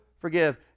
forgive